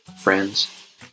friends